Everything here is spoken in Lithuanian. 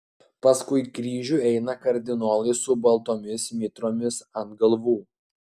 paskui kryžių eina kardinolai su baltomis mitromis ant galvų